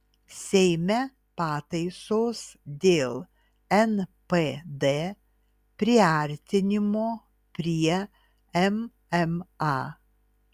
seime pataisos dėl npd priartinimo prie mma